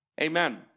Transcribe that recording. Amen